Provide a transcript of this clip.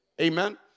Amen